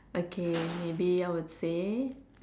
okay maybe I would say